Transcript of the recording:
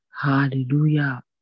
Hallelujah